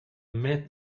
met